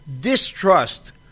distrust